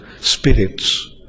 spirits